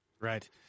Right